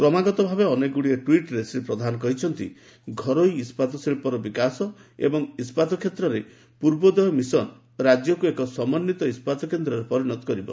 କ୍ରମାଗତଭାବେ ଅନେକ ଟ୍ୱିଟ୍ରେ ଶ୍ରୀ ପ୍ରଧାନ କହିଛନ୍ତି ଘରୋଇ ଇସ୍କାତ ଶିଳ୍ପର ବିକାଶ ଏବଂ ଇସ୍କାତ କ୍ଷେତ୍ରରେ ପୂର୍ବୋଦୟ ମିଶନ ରାଜ୍ୟକୁ ଏକ ସମନ୍ୱିତ ଇସ୍କାତ କେନ୍ଦ୍ରରେ ପରିଣତ କରିବ